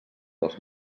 dels